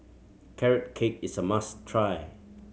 Carrot Cake is a must try